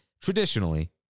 traditionally